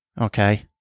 Okay